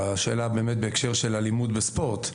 השאלה היא בהקשר של אלימות בספורט,